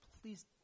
Please